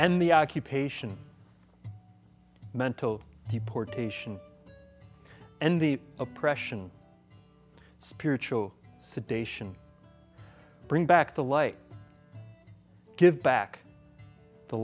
and the occupation mental deportation and the oppression spiritual sedation bring back the light give back the